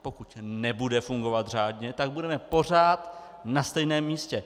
Pokud nebude fungovat řádně, tak budeme pořád na stejném místě.